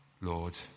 Lord